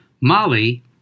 Molly